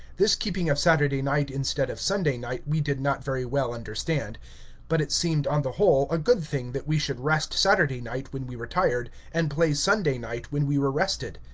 this keeping of saturday night instead of sunday night we did not very well understand but it seemed, on the whole, a good thing that we should rest saturday night when we were tired, and play sunday night when we were rested.